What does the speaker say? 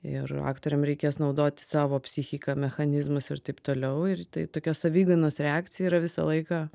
ir aktoriam reikės naudoti savo psichiką mechanizmus ir taip toliau ir tai tokia savigynos reakcija yra visą laiką